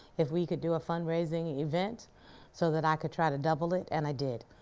if we could do a fundraising event so that i could try to double it and i did,